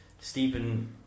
Stephen